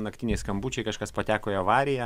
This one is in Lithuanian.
naktiniai skambučiai kažkas pateko į avariją